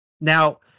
Now